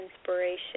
inspiration